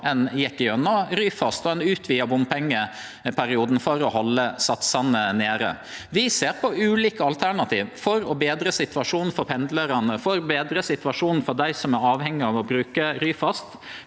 ein gjekk igjennom Ryfast: Ein utvida bompengeperioden for å halde satsane nede. Vi ser på ulike alternativ for å betre situasjonen for pendlarane og for å betre situasjonen for dei som er avhengige av å bruke Ryfast.